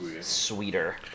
sweeter